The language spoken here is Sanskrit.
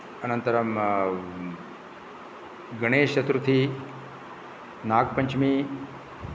अनन्तरं गणेशचतुर्थी नागपञ्चमी